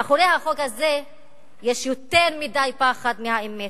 מאחורי החוק הזה יש יותר מדי פחד מהאמת.